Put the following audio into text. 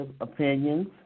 opinions